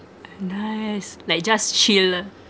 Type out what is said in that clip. uh nice like just chill ah